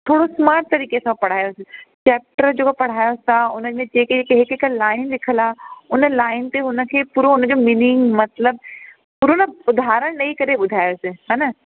थोरो स्मार्ट तरीक़े सां पढ़ायोसि चैप्टर जेको पढ़ायोसि था उनमें जेके जेके हिकु हिकु लाइन लिखियलु आहे उन लाइन ते उनखे पूरो हुनजो मीनिंग मतिलबु पूरो न उदारहणु ॾेई करे ॿुधायोसि हा न